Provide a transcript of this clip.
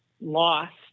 lost